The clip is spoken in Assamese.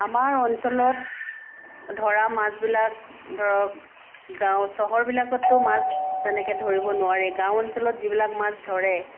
আমাৰ অঞ্চলত ধৰা মাছবিলাক ধৰক গাঁও চহৰবিলাকতটো মাছ তেনেকৈ ধৰিব নোৱাৰে গাঁও অঞ্চলত যিবিলাক মাছ ধৰে